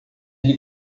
ele